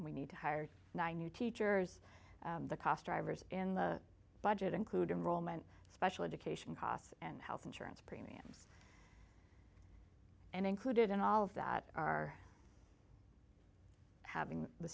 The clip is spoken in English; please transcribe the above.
we need to hire nine new teachers the cost drivers in the budget including rollman special education costs and health insurance premiums and included in all of that are having the